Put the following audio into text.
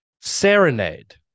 serenade